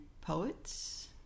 poets